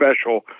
special